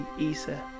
ESA